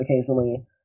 Occasionally